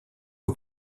aux